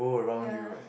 yeah